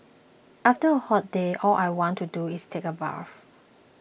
after a hot day all I want to do is take a bath